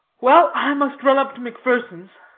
well, i must run up to macphersons'.